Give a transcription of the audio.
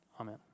Amen